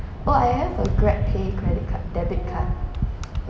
oh I have a grab pay credit card debit card